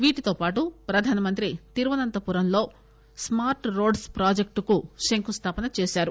వీటితో పాటు ప్రధానమంత్రి తిరువనంతపురంలో స్మార్ట్ రోడ్స్ ప్రాజెక్టుకు శంకుస్థాపన చేశారు